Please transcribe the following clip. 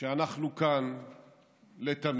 שאנחנו כאן לתמיד.